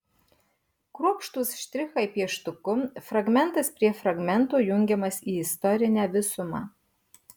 kruopštūs štrichai pieštuku fragmentas prie fragmento jungiamas į istorinę visumą